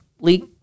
leak